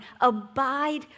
abide